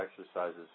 exercises